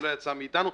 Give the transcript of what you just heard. זה לא יצא מאתנו.